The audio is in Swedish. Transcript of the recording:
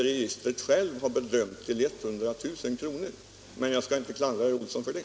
Registret självt har bedömt anslagsbehovet till 100 000. Men jag skall inte klandra herr Olsson för det.